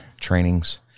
trainings